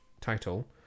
title